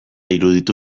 iruditu